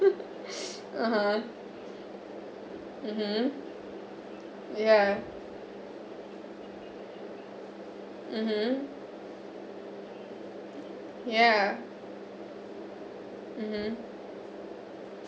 (uh huh) mmhmm yeah mmhmm yeah mmhmm